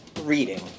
reading